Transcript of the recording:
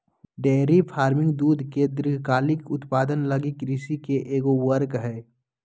dairy farming दूध के दीर्घकालिक उत्पादन लगी कृषि के एगो वर्ग हइ